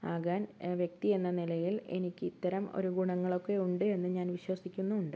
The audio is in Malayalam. ആകാൻ വ്യക്തി എന്ന നിലയിൽ എനിക്ക് ഇത്തരം ഒരു ഗുണങ്ങളൊക്കെ ഉണ്ട് എന്ന് ഞാൻ വിശ്വസിക്കുന്നുമുണ്ട്